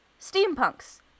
Steampunks